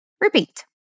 Repeat